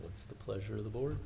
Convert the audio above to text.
that's the pleasure of the board